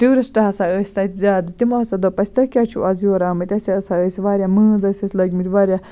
tourist ہسا ٲسۍ تَتہِ زیادٕ تِمَو ہسا دوٚپ اَسہِ تُہۍ کیٛازِ چھُو آز یور آمٕتۍ أسۍ ہسا ٲسۍ واریاہ مٲنٛز ٲسۍ اَسہِ لٲجمٕژ واریاہ